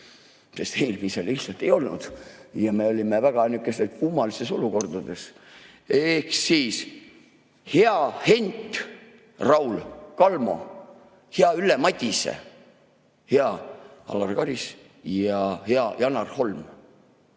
sest eelmisel lihtsalt ei olnud ja me olime väga kummalistes olukordades. Ehk siis hea Hent-Raul Kalmo, hea Ülle Madise, hea Alar Karis ja hea Janar Holm!